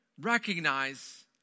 recognize